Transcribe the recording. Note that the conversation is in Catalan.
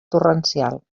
torrencial